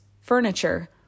furniture